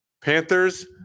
Panthers